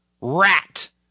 rat